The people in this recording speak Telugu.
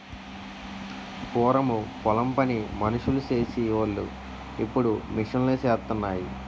పూరము పొలం పని మనుసులు సేసి వోలు ఇప్పుడు మిషన్ లూసేత్తన్నాయి